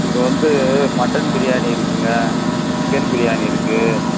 இங்கே வந்து மட்டன் பிரியாணி இருக்குதுங்க சிக்கன் பிரியாணி இருக்குது